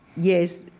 yes.